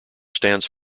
stands